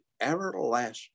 everlasting